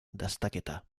dastaketa